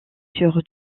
sur